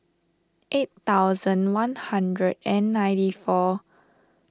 eight thousand one hundred and ninety four